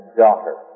daughter